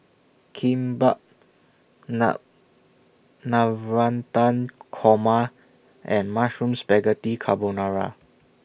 Kimbap Na Navratan Korma and Mushroom Spaghetti Carbonara